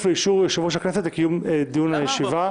לאישור יושב-ראש הכנסת לקיום דיון או ישיבה.